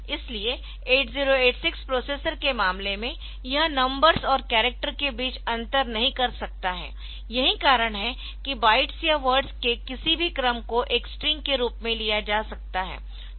इसलिए 8086 प्रोसेसर के मामले में यह नंबर्स और कॅरक्टर के बीच अंतर नहीं कर सकता है यही कारण है कि बाइट्स या वर्ड्स के किसी भी क्रम को एक स्ट्रिंग के रूप में लिया जाता है